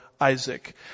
Isaac